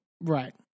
Right